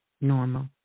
normal